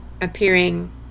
Appearing